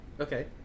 Okay